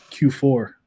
q4